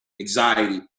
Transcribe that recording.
anxiety